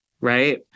Right